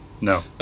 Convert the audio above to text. no